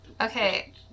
Okay